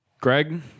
greg